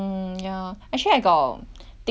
think before you know to having a dog